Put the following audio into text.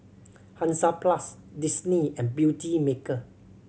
Hansaplast Disney and Beautymaker